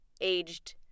aged